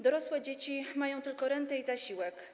Dorosłe dzieci mają tylko rentę i zasiłek.